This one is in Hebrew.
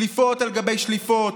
שליפות על גבי שליפות.